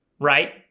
right